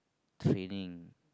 training